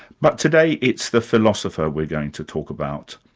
but today it's the philosopher we're going to talk about,